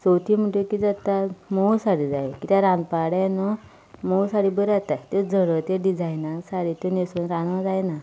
चवथीक म्हणटात त्यो कितें जाता मोव साडी जाय कित्याक रांदपा कडेन न्हय मोव साडी बऱ्यो जातात त्यो जर त्यो डिजायनाच्यो साडी त्यो न्हेसून रांदूंक जायना